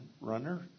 runner